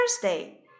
Thursday